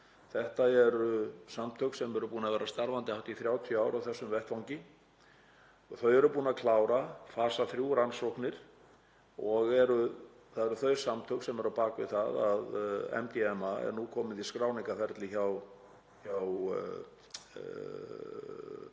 Þetta eru samtök sem eru búin að vera starfandi hátt í 30 ár á þessum vettvangi. Þau eru búin að klára fasa 3-rannsóknir. Þetta eru þau samtök sem eru á bak við það að MDMA er nú komið í skráningarferli hjá